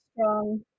strong